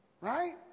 Right